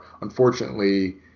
unfortunately